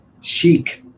Chic